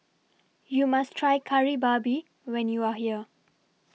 YOU must Try Kari Babi when YOU Are here